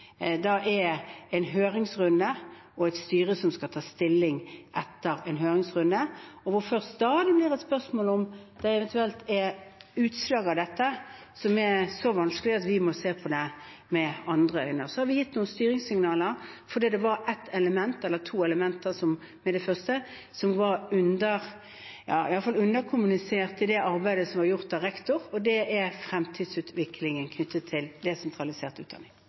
er en høringsrunde og et styre som skal ta stilling etter en høringsrunde, og hvor det er først da det blir et spørsmål om det eventuelt er utslag av dette som er så vanskelige at vi må se på det med andre øyne. Vi har gitt noen styringssignaler, fordi det var ett element, eller to, som var underkommunisert i det arbeidet som var gjort av rektor, og det var fremtidsutviklingen knyttet til desentralisert utdanning.